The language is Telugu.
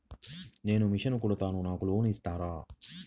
నేను మిషన్ కుడతాను నాకు లోన్ ఇస్తారా?